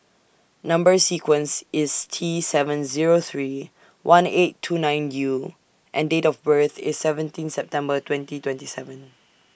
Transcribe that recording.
Number sequence IS T seven Zero three one eight two nine U and Date of birth IS seventeen September twenty twenty seven